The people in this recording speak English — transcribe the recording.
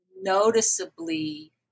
noticeably